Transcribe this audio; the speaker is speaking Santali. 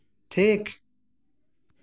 ᱴᱷᱤᱠ